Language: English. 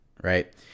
Right